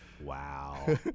Wow